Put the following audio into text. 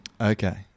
Okay